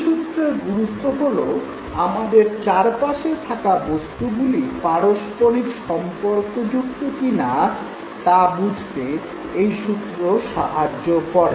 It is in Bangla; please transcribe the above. এই সূত্রের গুরুত্ব হল আমাদের চারপাশে থাকা বস্তুগুলি পারস্পরিক সম্পর্কযুক্ত কিনা তা বুঝতে এই সূত্র সাহায্য করে